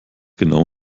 genau